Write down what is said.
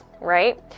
right